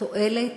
תועלת